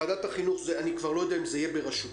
ועדת החינוך אני כבר לא יודע אם זה יהיה בראשותי,